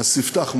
הספתח.